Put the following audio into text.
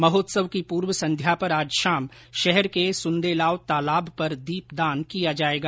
महोत्सव की पूर्व संध्या पर आज शाम शहर के सुन्देलाव तालाब पर दीपदान किया जाएगा